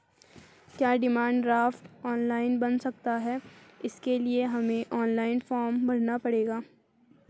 क्या demand draft online बन सकता है इसके लिए हमें ऑनलाइन फॉर्म भरना पड़ेगा?